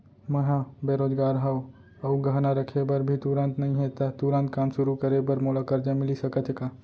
मैं ह बेरोजगार हव अऊ गहना रखे बर भी तुरंत नई हे ता तुरंत काम शुरू करे बर मोला करजा मिलिस सकत हे का?